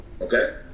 Okay